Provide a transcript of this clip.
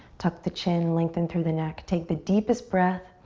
tuck the chin, lengthen through the neck, take the deepest breath.